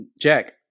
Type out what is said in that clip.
Jack